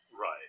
Right